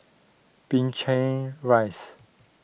Binchang Rise